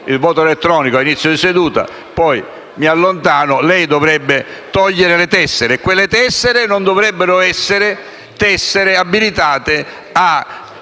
il voto elettronico ad inizio di seduta e poi mi allontano. Lei dovrebbe far rimuovere le tessere e quelle tessere non dovrebbero essere abilitate a